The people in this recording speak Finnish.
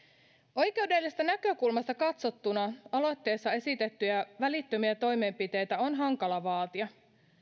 oikeudellisesta näkökulmasta katsottuna aloitteessa esitettyjä välittömiä toimenpiteitä on hankala vaatia